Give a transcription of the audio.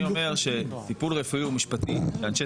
אני אומר שטיפול רפואי או משפטי שאנשי